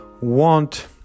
want